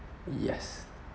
yes